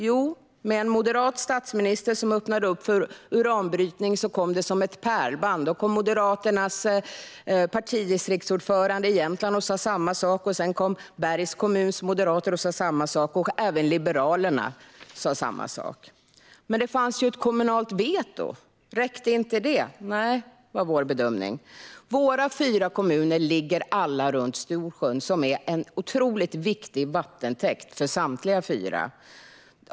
Jo, med en moderat statsminister som öppnade upp för uranbrytning kom det som ett pärlband: Då kom Moderaternas riksordförande i Jämtland och sa samma sak, sedan kom Bergs kommuns moderater och sa samma sak och även liberalerna sa samma sak. Men det fanns ju ett kommunalt veto - räckte inte det? Nej, var vår bedömning. Våra fyra kommuner ligger alla runt Storsjön, som är en otroligt viktig vattentäkt för samtliga fyra.